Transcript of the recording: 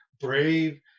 Brave